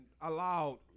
allowed